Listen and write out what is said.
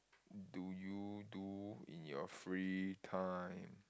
do you do in your free time